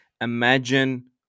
imagine